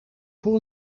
voor